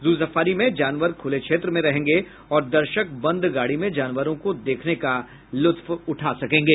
जू सफारी में जानवर खुले क्षेत्र में रहेंगे और दर्शक बंद गाड़ी में जानवरों को देखने का लुत्फ उठा सकेंगे